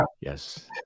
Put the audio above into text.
Yes